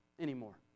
anymore